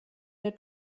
der